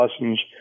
lessons